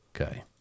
Okay